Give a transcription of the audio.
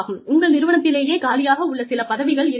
உங்கள் நிறுவனத்திலேயே காலியாக உள்ள சில பதவிகள் இருக்கலாம்